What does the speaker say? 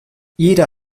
jeder